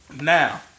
Now